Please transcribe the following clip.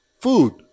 Food